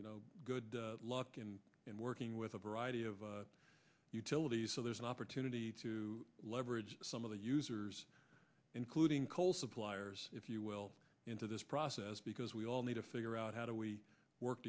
had good luck in working with a variety of utilities so there's an opportunity to leverage some of the users including coal suppliers if you will into this process because we all need to figure out how do we work